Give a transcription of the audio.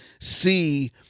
see